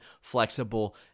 flexible